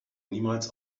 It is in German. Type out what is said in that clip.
niemals